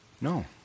No